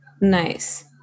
Nice